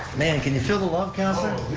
man, can you feel the love, councilor,